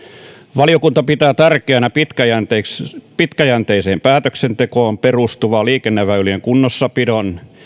valiokunta pitää tärkeänä pitkäjänteiseen pitkäjänteiseen päätöksentekoon perustuvaa liikenneväylien kunnossapidon